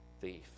thief